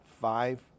five